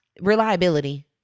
Reliability